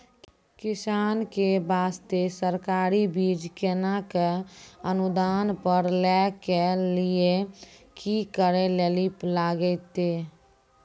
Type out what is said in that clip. किसान के बास्ते सरकारी बीज केना कऽ अनुदान पर लै के लिए की करै लेली लागतै?